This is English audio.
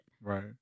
Right